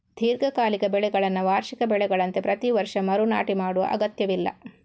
ದೀರ್ಘಕಾಲಿಕ ಬೆಳೆಗಳನ್ನ ವಾರ್ಷಿಕ ಬೆಳೆಗಳಂತೆ ಪ್ರತಿ ವರ್ಷ ಮರು ನಾಟಿ ಮಾಡುವ ಅಗತ್ಯವಿಲ್ಲ